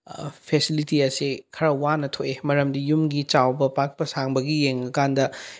facility ꯑꯁꯤ ꯈꯔ ꯋꯥꯅ ꯊꯣꯛꯑꯦ ꯃꯔꯝꯗꯤ ꯌꯨꯝꯒꯤ ꯆꯥꯎꯕ ꯄꯥꯛꯄ ꯁꯥꯡꯕꯒꯤ ꯌꯦꯡꯉ ꯀꯥꯟꯗ